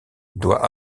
doit